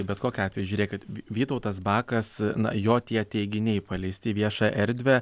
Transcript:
bet kokiu atveju žiūrėk kad vytautas bakas na jo tie teiginiai paleisti į viešą erdvę